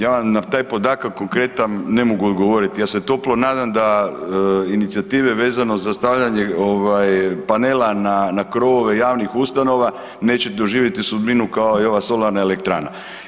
Ja na taj podatak konkretno ne mogu odgovoriti, ja se toplo nadam da inicijative vezano za stavljanje panela na krovove javnih ustanova neće doživjeti sudbinu kao i ova solarna elektrana.